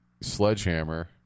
sledgehammer